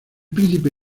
príncipe